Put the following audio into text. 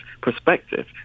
perspective